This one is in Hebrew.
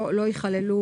ולא יכללו